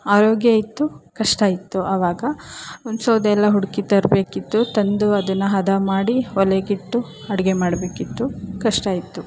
ಆರೋಗ್ಯ ಇತ್ತು ಕಷ್ಟ ಇತ್ತು ಆವಾಗ ಒಂದು ಸೌದೆಯೆಲ್ಲ ಹುಡುಕಿ ತರಬೇಕಿತ್ತು ತಂದು ಅದನ್ನು ಹದ ಮಾಡಿ ಒಲೆಗಿಟ್ಟು ಅಡುಗೆ ಮಾಡಬೇಕಿತ್ತು ಕಷ್ಟ ಇತ್ತು